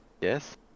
Yes